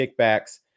kickbacks